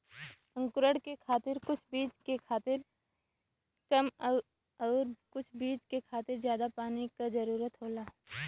अंकुरण के खातिर कुछ बीज के खातिर कम आउर कुछ बीज के खातिर जादा पानी क जरूरत होला